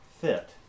fit